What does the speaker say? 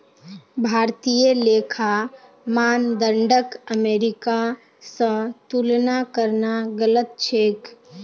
भारतीय लेखा मानदंडक अमेरिका स तुलना करना गलत छेक